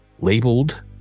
labeled